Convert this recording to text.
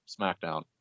SmackDown